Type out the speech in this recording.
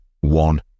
one